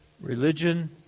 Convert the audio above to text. Religion